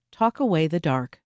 talkawaythedark